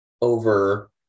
Over